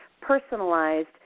personalized